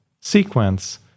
sequence